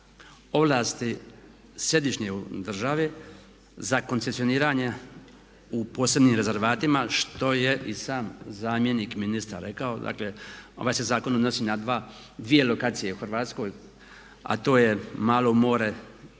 ovlasti središnje države za koncesioniranje u posebnim rezervatima što je i sam zamjenik ministra rekao, dakle, ovaj se zakon odnosi na dvije lokacije u Hrvatskoj a to je Malo more i